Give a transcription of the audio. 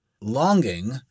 longing